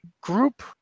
group